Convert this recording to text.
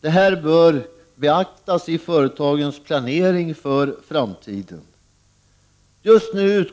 Detta bör beaktas i företagens planering för framtiden. Just nu